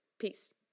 peace